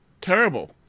Terrible